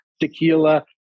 tequila